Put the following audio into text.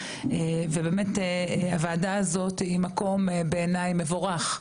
ובאמת הוועדה הזאת היא מקום בעיני מבורך,